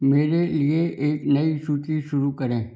मेरे लिए एक नई सूची शुरू करें